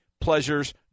Pleasures